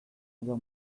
edo